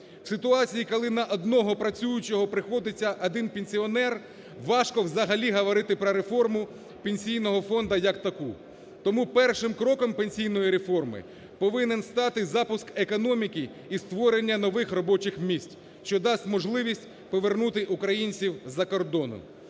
В ситуації, коли на одного працюючого приходиться один пенсіонер, важко взагалі говорити про реформу Пенсійного фонду як таку. Тому першим кроком Пенсійної реформи повинен стати запуск економіки і створення нових робочих місць, що дасть можливість повернути українців з-за кордону.